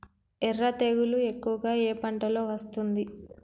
ఎర్ర తెగులు ఎక్కువగా ఏ పంటలో వస్తుంది?